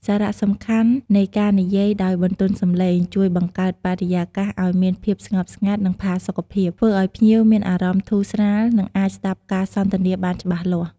សារៈសំខាន់នៃការនិយាយដោយបន្ទន់សំឡេងជួយបង្កើតបរិយាកាសឲ្យមានភាពស្ងប់ស្ងាត់ និងផាសុកភាព ធ្វើឲ្យភ្ញៀវមានអារម្មណ៍ធូរស្រាល និងអាចស្តាប់ការសន្ទនាបានច្បាស់លាស់។